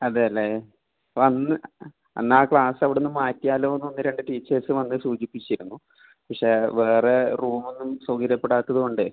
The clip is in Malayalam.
അതെ അല്ലേ അതന്ന് അന്ന് ആ ക്ലാസ്സ് അവിടെനിന്ന് മാറ്റിയാലോ എന്ന് ഒന്നു രണ്ടു ടീച്ചേർസ് വന്നു സൂചിപ്പിച്ചിരുന്നു പക്ഷേ വേറെ റൂമൊന്നും സൗകര്യപ്പെടാത്തതുകൊണ്ടേ